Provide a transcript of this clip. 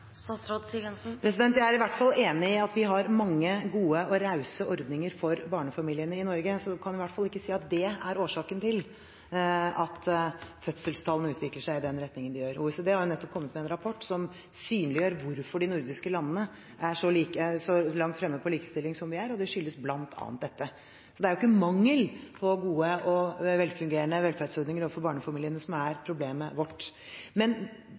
Jeg er i hvert fall enig i at vi har mange gode og rause ordninger for barnefamiliene i Norge, så vi kan i hvert fall ikke si at det er årsaken til at fødselstallene utvikler seg i den retningen de gjør. OECD har nettopp kommet med en rapport som synliggjør hvorfor de nordiske landene er så langt fremme på likestillingsområdet som de er. Det skyldes bl.a. dette. Så det er jo ikke mangel på gode og velfungerende velferdsordninger overfor barnefamiliene som er problemet vårt.